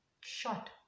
shot